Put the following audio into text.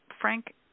frank